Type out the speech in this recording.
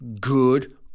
good